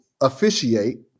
officiate